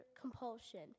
compulsion